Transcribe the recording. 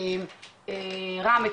רם,